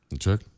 check